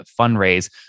fundraise